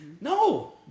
No